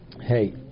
Hey